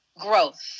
Growth